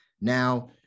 Now